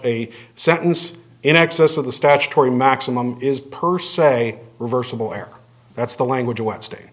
a sentence in excess of the statutory maximum is per se reversible error that's the language of what state